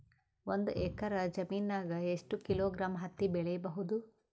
ಒಂದ್ ಎಕ್ಕರ ಜಮೀನಗ ಎಷ್ಟು ಕಿಲೋಗ್ರಾಂ ಹತ್ತಿ ಬೆಳಿ ಬಹುದು?